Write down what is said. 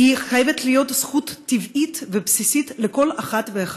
חייבת להיות זכות טבעית ובסיסית של כל אחת ואחד.